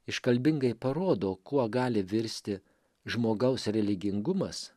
iškalbingai parodo kuo gali virsti žmogaus religingumas